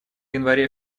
январе